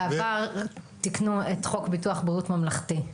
בעבר תיקנו את חוק ביטוח בריאות ממלכתי.